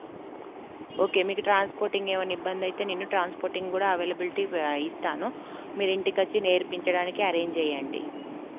okay మీకు transporting ఏమన్నిబ్బందయితే నేను ట్రాన్స్పోర్టింగ్ కూడా అవైలబిలిటీ ఇస్తాను మీరు ఇంటికొచ్చి నేర్పించడానికి అరేంజ్ చేయండి